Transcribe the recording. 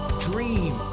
dream